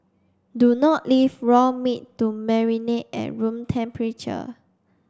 do not leave raw meat to marinate at room temperature